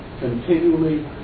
continually